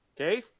okay